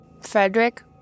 Frederick